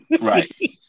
Right